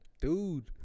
Dude